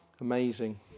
amazing